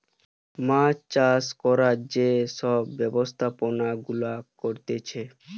মাছ চাষ করার যে সব ব্যবস্থাপনা গুলা করতিছে